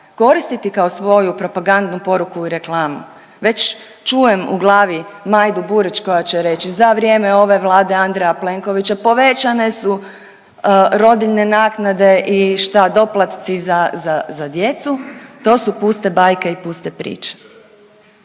koristiti kao svoju propagandnu poruku i reklamu. Već čujem u glavi Majdu Burić koja će reći, za vrijeme ove Vlade Andreja Plenkovića povećane su rodiljne naknade i šta doplatci za djecu, to su puste bajke i puste priče.